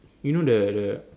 you know the the